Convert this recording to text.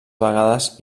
vegades